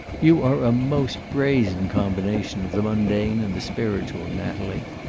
you are a most brazen combination of the mundane and the spiritual, natalie.